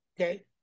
Okay